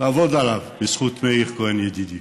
לעבוד עליו בזכות מאיר כהן ידידי,